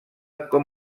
com